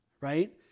right